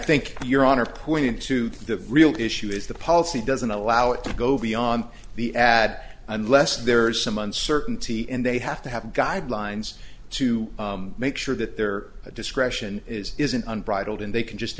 think your honor pointed to the real issue is the policy doesn't allow it to go beyond the ad unless there is some uncertainty and they have to have guidelines to make sure that their discretion is isn't unbridled and they can just